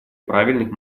правильных